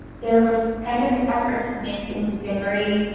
there was kind of an effort to make things very,